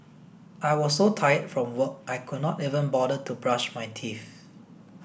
I was so tired from work I could not even bother to brush my teeth